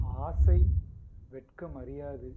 ஆசை வெட்கம் அறியாது